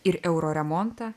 ir euro remontą